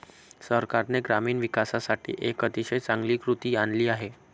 सरकारने ग्रामीण विकासासाठी एक अतिशय चांगली कृती आणली आहे